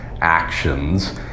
actions